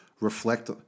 reflect